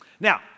Now